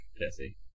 Jesse